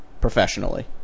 Professionally